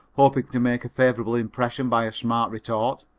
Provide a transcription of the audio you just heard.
hoping to make a favorable impression by a smart retort.